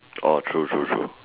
orh true true true